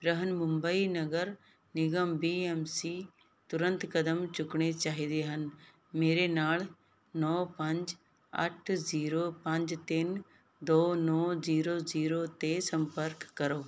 ਬ੍ਰਿਹਨਮੁੰਬਈ ਨਗਰ ਨਿਗਮ B M C ਤੁਰੰਤ ਕਦਮ ਚੁੱਕਣੇ ਚਾਹੀਦੇ ਹਨ ਮੇਰੇ ਨਾਲ ਨੌਂ ਪੰਜ ਅੱਠ ਜ਼ੀਰੋ ਪੰਜ ਤਿੰਨ ਦੋ ਨੌਂ ਜ਼ੀਰੋ ਜ਼ੀਰੋ 'ਤੇ ਸੰਪਰਕ ਕਰੋ